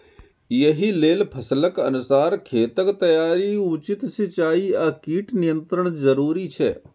एहि लेल फसलक अनुसार खेतक तैयारी, उचित सिंचाई आ कीट नियंत्रण जरूरी छै